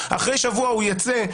אחרי שבוע הוא יצא,